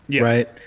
Right